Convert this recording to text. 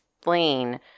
Explain